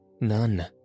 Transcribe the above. none